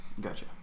Gotcha